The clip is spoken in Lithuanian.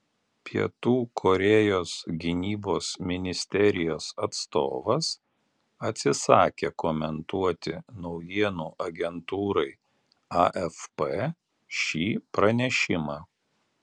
pietų korėjos gynybos ministerijos atstovas atsisakė komentuoti naujienų agentūrai afp šį pranešimą